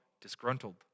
disgruntled